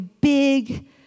big